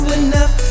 enough